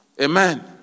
Amen